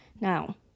Now